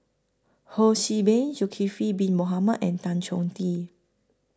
Ho See Beng Zulkifli Bin Mohamed and Tan Chong Tee